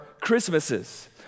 Christmases